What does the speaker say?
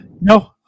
no